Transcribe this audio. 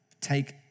take